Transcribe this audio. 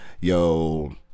Yo